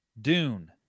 Dune